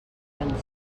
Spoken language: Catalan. pensar